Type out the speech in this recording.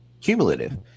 cumulative